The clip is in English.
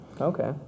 Okay